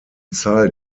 zahl